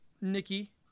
Nikki